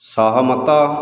ସହମତ